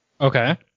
Okay